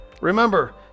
Remember